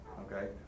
Okay